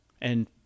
And-